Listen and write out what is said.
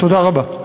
תודה רבה.